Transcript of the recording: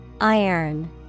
Iron